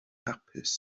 hapus